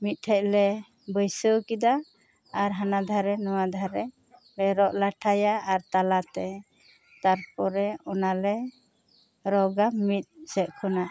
ᱢᱤᱫ ᱴᱷᱮᱡ ᱞᱮ ᱵᱟᱹᱥᱟᱹᱣ ᱠᱮᱫᱟ ᱟᱨ ᱦᱟᱱᱟ ᱫᱷᱟᱨᱮ ᱱᱚᱣᱟ ᱫᱷᱟᱨᱮ ᱞᱮ ᱨᱚᱜ ᱞᱟᱴᱷᱟᱭᱟ ᱟᱨ ᱛᱟᱞᱟ ᱛᱮ ᱛᱟᱨᱯᱚᱨᱮ ᱚᱱᱟ ᱞᱮ ᱨᱚᱜᱟ ᱢᱤᱫ ᱥᱮᱫ ᱠᱷᱚᱱᱟᱜ